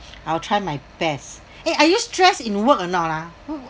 I'll try my best eh are you stressed in work or not lah what